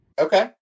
Okay